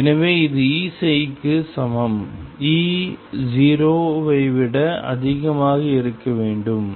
எனவே இது Eψ க்கு சமம் E 0 ஐ விட அதிகமாக இருக்க வேண்டும்